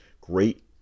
great